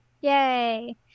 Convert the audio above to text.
Yay